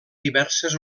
diverses